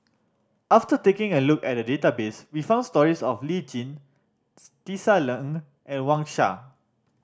after taking a look at the database we found stories of Lee Tjin Tisa Ng and Wang Sha